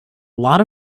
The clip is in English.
lot